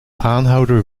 aanhouder